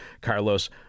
Carlos